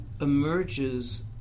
emerges